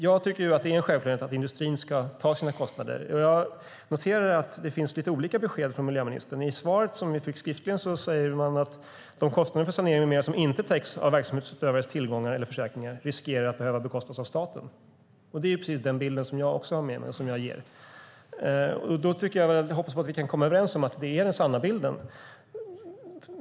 Jag tycker att det är en självklarhet att industrin ska stå för kostnaderna. Jag noterar dock att det finns lite olika besked från miljöministern. I det skriftliga svaret står att "de kostnader för sanering med mera som inte täcks av verksamhetsutövares tillgångar eller försäkringar riskerar att behöva bekostas av staten". Det är den bilden jag också har, och jag hoppas att vi kan vara överens om att det är den sanna bilden.